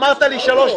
אמרת לי שלוש דקות?